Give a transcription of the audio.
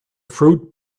fruit